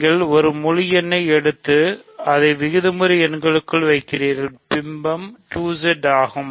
நீங்கள் ஒரு முழு எண்ணை எடுத்து அதை விகிதமுறு எண்களுக்குள் வைக்கிறீர்கள் பிம்பம் 2Z ஆகும்